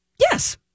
yes